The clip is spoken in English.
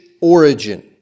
origin